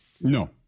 No